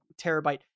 terabyte